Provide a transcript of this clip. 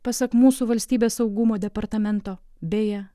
pasak mūsų valstybės saugumo departamento beje